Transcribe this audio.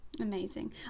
amazing